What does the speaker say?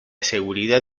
seguridad